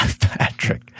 Patrick